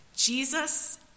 Jesus